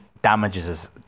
Damages